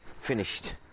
finished